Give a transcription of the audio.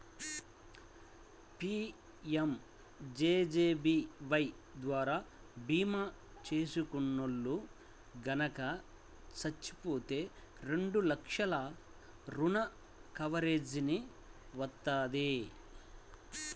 PMJJBY ద్వారా భీమా చేసుకున్నోల్లు గనక చచ్చిపోతే రెండు లక్షల మరణ కవరేజీని వత్తది